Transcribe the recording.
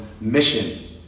mission